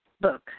book